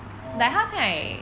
orh